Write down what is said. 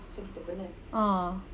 ah